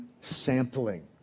sampling